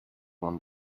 won